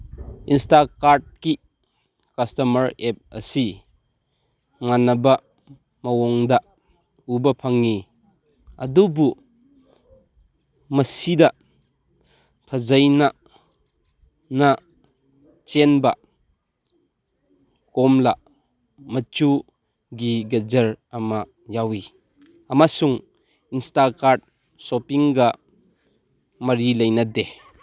ꯏꯟꯁꯇꯥꯀꯥꯔꯠꯀꯤ customer app ꯑꯁꯤ ꯃꯥꯟꯅꯕ ꯃꯑꯣꯡꯗ ꯎꯕ ꯐꯪꯉꯤ ꯑꯗꯨꯕꯨ ꯃꯁꯤꯗ ꯐꯖꯩꯅ ꯆꯦꯟꯕ ꯀꯣꯝꯂꯥ ꯃꯆꯨꯒꯤ ꯒꯖꯔ ꯑꯃ ꯌꯥꯎꯋꯤ ꯑꯃꯁꯨꯡ ꯏꯟꯁꯇꯥꯀꯥꯔꯠ ꯁꯣꯄꯤꯡꯒ ꯃꯔꯤ ꯂꯩꯅꯗꯦ